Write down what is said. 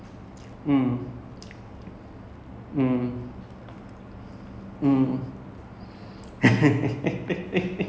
அவங்க வீட்லயே பண்ணி எடுத்துட்டு வந்தது அவ்ளோ நல்லா இருந்தது:avanga veetlayae panni eduthutu vanthathu avlo nallaa irunthathu so every year I will just be waiting on that day for the biryani to come I won't even eat lunch